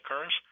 occurs